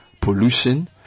pollution